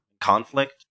conflict